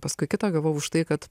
paskui kitą gavau už tai kad